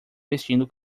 vestindo